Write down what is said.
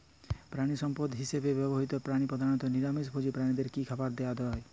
প্রাণিসম্পদ হিসেবে ব্যবহৃত প্রাণী প্রধানত নিরামিষ ভোজী প্রাণীদের কী খাবার দেয়া হয়?